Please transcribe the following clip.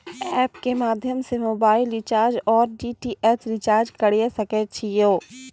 App के माध्यम से मोबाइल रिचार्ज ओर डी.टी.एच रिचार्ज करऽ सके छी यो?